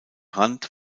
rand